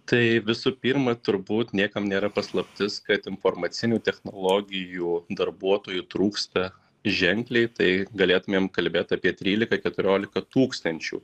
tai visų pirma turbūt niekam nėra paslaptis kad informacinių technologijų darbuotojų trūksta ženkliai tai galėtumėm kalbėt apie trylika keturiolika tūkstančių